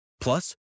Plus